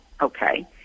okay